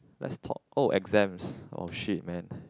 let's talk oh exams oh shit man